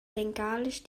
bengalisch